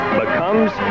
becomes